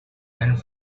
and